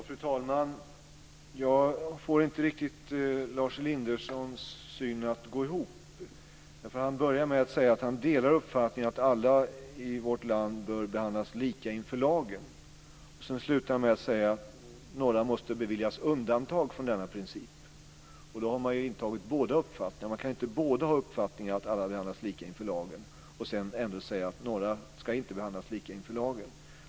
Fru talman! Jag får inte riktigt Lars Elindersons syn att gå ihop. Han börjar med att säga att han delar uppfattningen att alla i vårt land bör behandlas lika inför lagen. Sedan slutar han med att säga att några måste beviljas undantag från denna princip. Då har han intagit båda uppfattningarna. Han kan inte både ha uppfattningen att alla ska behandlas lika inför lagen och sedan ändå säga att några inte ska behandlas lika inför lagen.